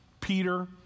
Peter